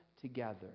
together